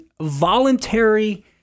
voluntary